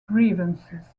grievances